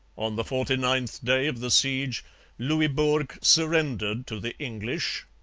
on the forty-ninth day of the siege louisbourg surrendered to the english,